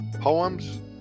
poems